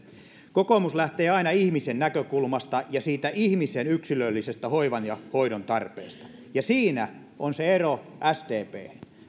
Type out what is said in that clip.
kokoomus lähtee aina ihmisten näkökulmasta ja siitä ihmisen yksilöllisestä hoivan ja hoidon tarpeesta ja siinä on se ero sdphen